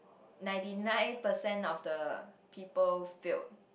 ninety nine percent of the people failed